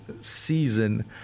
season